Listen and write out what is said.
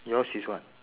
yours is what